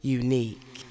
unique